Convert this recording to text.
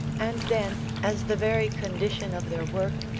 and then, as the very condition of their work,